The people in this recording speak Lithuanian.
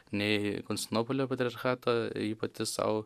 nei konstantinopolio patriarchato ji pati sau